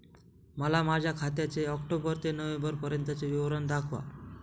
मला माझ्या खात्याचे ऑक्टोबर ते नोव्हेंबर पर्यंतचे विवरण दाखवा